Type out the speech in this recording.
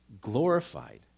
Glorified